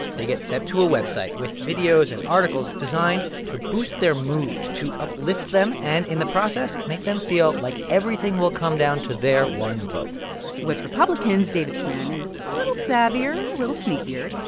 they get sent to a website with videos and articles designed to boost their mood, to uplift them and, in the process, make them feel like everything will come down to their one vote with republicans, david's plan is a little savvier, a little sneakier.